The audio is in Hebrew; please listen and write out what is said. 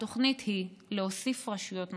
והתוכנית היא להוסיף רשויות נוספות.